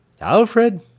Alfred